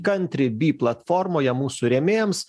kantri by platformoje mūsų rėmėjams